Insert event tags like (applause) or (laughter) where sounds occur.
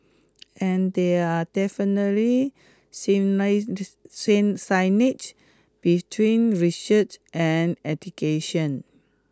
and there are definitely (unintelligible) synergies between research and education